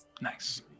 Nice